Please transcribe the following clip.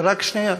רק שנייה.